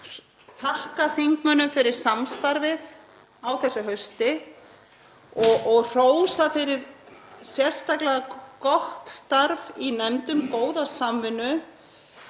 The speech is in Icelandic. þakka þingmönnum fyrir samstarfið á þessu hausti og hrósa fyrir sérstaklega gott starf í nefndum, góða samvinnu,